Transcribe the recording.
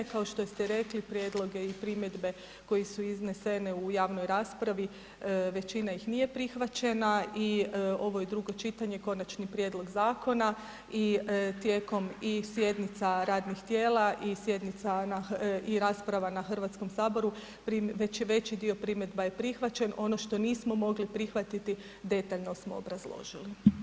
Kao što ste rekli, prijedloge i primjedbe koji su izneseni u javnoj raspravi većina ih nije prihvaćena i ovo je drugo čitanje, konačni prijedlog zakona i tijekom i sjednica radnih tijela i rasprava na HS, već je veći dio primjedba je prihvaćen, ono što nismo mogli prihvatiti, detaljno smo obrazložili.